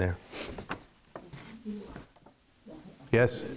there yes